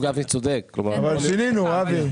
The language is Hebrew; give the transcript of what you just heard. אבל שינינו אבי, איפה היית?